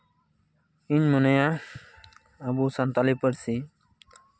ᱤᱧ ᱢᱚᱱᱮᱭᱟ ᱟᱵᱚ ᱥᱟᱱᱛᱟᱞᱤ ᱯᱟᱹᱨᱥᱤ